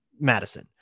Madison